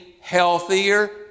healthier